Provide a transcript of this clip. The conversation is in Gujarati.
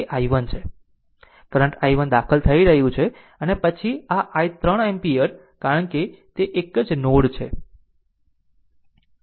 કરંટ i1 દાખલ થઈ રહ્યું છે અને પછી આ 3 એમ્પીયર કારણ કે તે તે એક જ નોડ છે